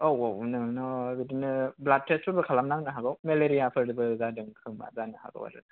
औ औ नोंना बिदिनो ब्लाद टेस्टफोरबो खालामनांनो हागौ मेलेरियाफोरबो जादों खोमा जानो हागौ आरो